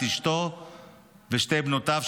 את אשתו ושתי בנותיו,